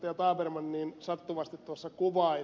tabermann niin sattuvasti tuossa kuvaili